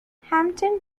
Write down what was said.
hampton